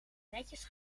netjes